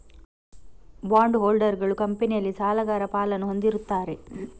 bond ಹೋಲ್ಡರುಗಳು ಕಂಪನಿಯಲ್ಲಿ ಸಾಲಗಾರ ಪಾಲನ್ನು ಹೊಂದಿರುತ್ತಾರೆ